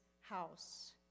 house